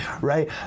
right